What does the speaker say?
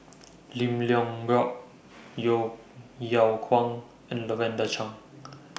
Lim Leong Geok Yeo Yeow Kwang and Lavender Chang